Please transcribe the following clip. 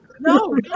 no